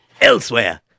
elsewhere